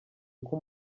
uko